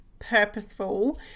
purposeful